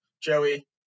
Joey